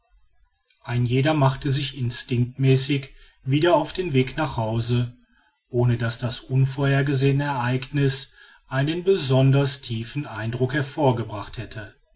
ein jeder machte sich instinctmäßig wieder auf den weg nach hause ohne daß das unvorhergesehene ereigniß einen besonders tiefen eindruck hervorgebracht hätte